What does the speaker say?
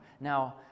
now